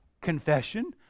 confession